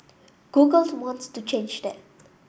Googles wants to change that